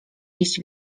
jeść